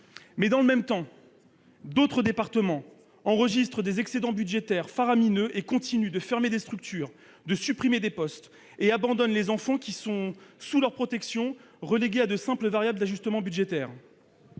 Mais, dans le même temps, d'autres départements enregistrent des excédents budgétaires faramineux et continuent de fermer des structures, de supprimer des postes et abandonnent les enfants sous leur protection, relégués à n'être que de simples variables d'ajustement budgétaire.